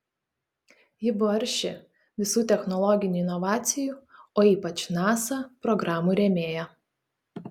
ji buvo arši visų technologinių inovacijų o ypač nasa programų rėmėja